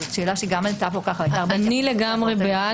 אני בעד.